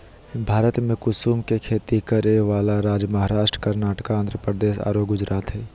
भारत में कुसुम के खेती करै वाला राज्य महाराष्ट्र, कर्नाटक, आँध्रप्रदेश आरो गुजरात हई